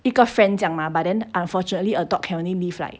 一个 friend 这样 mah but then unfortunately a dog can only live like